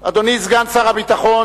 אדוני סגן שר הביטחון,